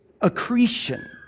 accretion